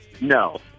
No